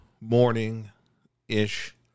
morning-ish